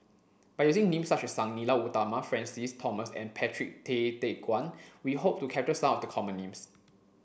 by using names such as Sang Nila Utama Francis Thomas and Patrick Tay Teck Guan we hope to capture some of the common names